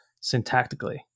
syntactically